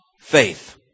faith